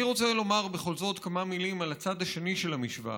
אני רוצה לומר בכל זאת כמה מילים על הצד השני של המשוואה.